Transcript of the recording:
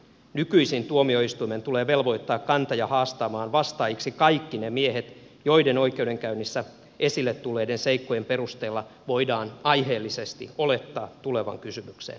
nykyisin tuomioistuimen tulee velvoittaa kantaja haastamaan vastaajiksi kaikki ne miehet joiden oikeudenkäynnissä esille tulleiden seikkojen perusteella voidaan aiheellisesti olettaa tulevan kysymykseen lapsen isäksi